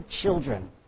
children